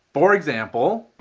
for example